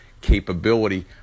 capability